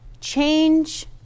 change